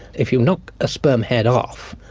if you knock a sperm head off,